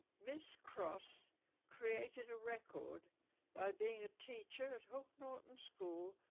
miss cross created a record by being a teacher at hook norton school.